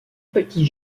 petit